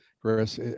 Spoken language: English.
Chris